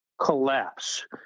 collapse